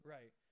Right